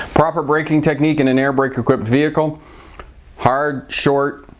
proper braking technique in an air brake equipped vehicle hard, short,